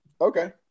Okay